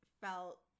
felt